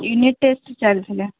unit test ଚାଲିଥିଲା